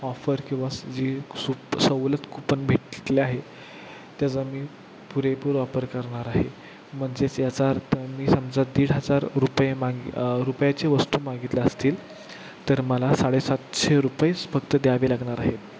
offer किंवा जी सुप सवलत कूपन भेटले आहे त्याचा मी पुरेपूर वापर करणार आहे म्हणजेच याचा अर्थ मी समजा दीड हजार रुपये मांग रुपयाचे वस्तू मागितले असतील तर मला साडे सातशे रुपयेच फक्त द्यावे लागणार आहे